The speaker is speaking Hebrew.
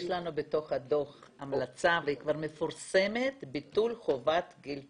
יש לנו בתוך הדוח המלצה והיא כבר מפורסמת בתור חובת גיל פרישה.